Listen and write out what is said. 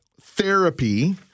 therapy